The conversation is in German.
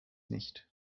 nicht